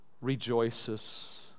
rejoices